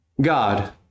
God